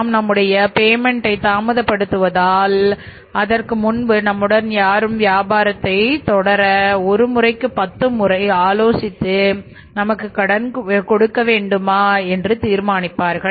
நாம் நம்முடைய பேமென்ட் தாமதப்படுத்துவது ஆல் அதற்குப் பின்பு நம்முடன் யாரும் வியாபாரத்தை தொடர ஒரு முறைக்கு 10 முறை ஆலோசித்து நமக்கு கடன் கொடுக்க வேண்டுமா என்று தீர்மானிப்பார்கள்